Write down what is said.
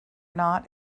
not